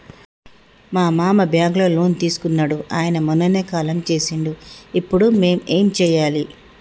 మా మామ బ్యాంక్ లో లోన్ తీసుకున్నడు అయిన మొన్ననే కాలం చేసిండు ఇప్పుడు మేం ఏం చేయాలి?